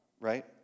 right